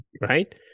right